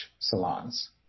salons